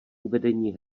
uvedení